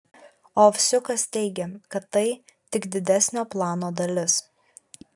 ovsiukas teigia kad tai tik didesnio plano dalis